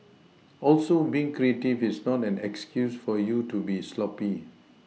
also being creative is not an excuse for you to be sloppy